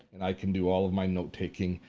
and i can do all of my note-taking,